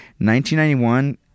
1991